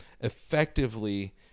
effectively